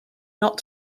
not